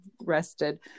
rested